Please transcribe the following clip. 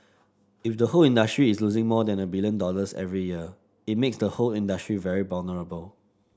if the whole industry is losing more than a billion dollars every year it makes the whole industry very vulnerable